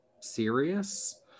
serious